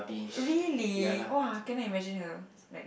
really !wah! cannot imagine her like